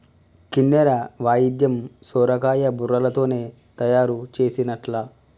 కిన్నెర వాయిద్యం సొరకాయ బుర్రలతోనే తయారు చేసిన్లట